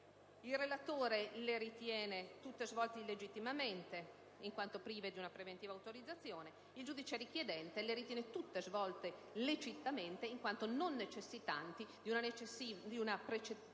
Il relatore le ritiene tutte svolte illegittimamente, in quanto prive di una preventiva autorizzazione, mentre il giudice richiedente le ritiene tutte svolte legittimamente e non necessitanti di una precedente